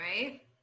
right